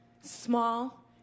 small